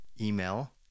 email